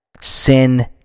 Sin